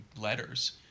letters